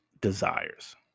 desires